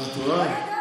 לא ידעתי.